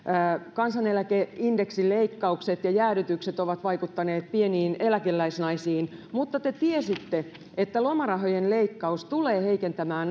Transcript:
kansaneläkeindeksin leikkaukset ja jäädytykset ovat vaikuttaneet pieneläkeläisnaisiin mutta te tiesitte että lomarahojen leikkaus tulee heikentämään